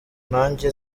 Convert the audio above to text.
nanjye